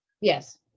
Yes